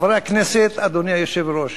חברי הכנסת, אדוני היושב-ראש,